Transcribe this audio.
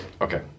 Okay